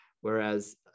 Whereas